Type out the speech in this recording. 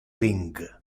ring